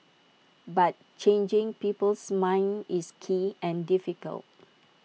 but changing people's minds is key and difficult